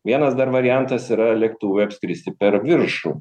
vienas dar variantas yra lėktuvui apskristi per viršų